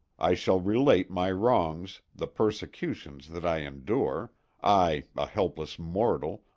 i shall relate my wrongs, the persecutions that i endure i, a helpless mortal,